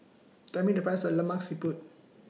Tell Me The Price of Lemak Siput